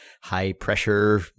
high-pressure